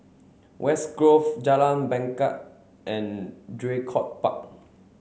West Grove Jalan Bangket and Draycott Park